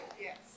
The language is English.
Yes